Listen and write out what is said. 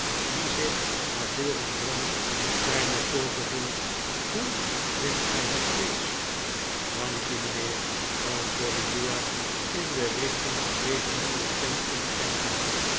die zich naar voren drong zei met veel gevoel hoe vindt gij het vleesch dank u mijnheer antwoordde uriah in de richting van deze nieuwe stem rankijkend